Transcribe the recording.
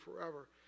forever